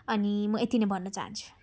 अनि म यति नै भन्न चाहन्छु